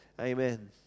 Amen